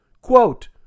quote